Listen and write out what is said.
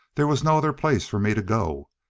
there was no other place for me to go.